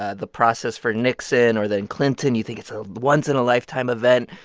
ah the process for nixon or then clinton, you think it's a once-in-a-lifetime event.